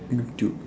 YouTube